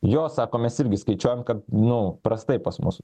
jo sako mes irgi skaičiuojam kad nu prastai pas mus